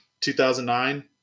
2009